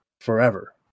forever